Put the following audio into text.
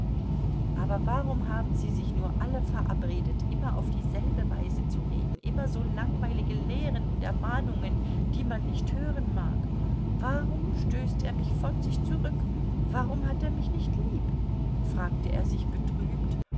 aber warum haben sie sich nur alle verabredet immer auf dieselbe weise zu reden immer so langweilige lehren und ermahnungen die man nicht hören mag warum stößt er mich von sich zurück warum hat er mich nicht lieb fragte er sich betrübt